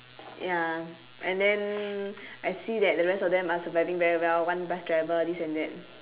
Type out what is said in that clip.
ya and then I see that the rest of them are surviving very well one bus driver this and that